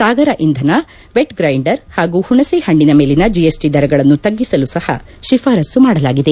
ಸಾಗರ ಇಂಧನ ವೆಟ್ರ್ರೈಂಡರ್ ಹಾಗೂ ಹುಣಸೆ ಹಣ್ಣಿನ ಮೇಲಿನ ಜೆಎಸ್ಟಿ ದರಗಳನ್ನು ತಗ್ಗಿಸಲು ಸಹ ಶಿಫಾರಸ್ಸು ಮಾಡಲಾಗಿದೆ